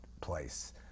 place